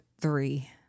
Three